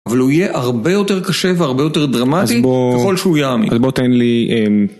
אבל הוא יהיה הרבה יותר קשה והרבה יותר דרמטי (אז בוא אז בוא תן לי) ככל שהוא יעמיק